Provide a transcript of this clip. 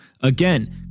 Again